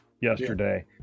yesterday